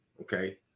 okay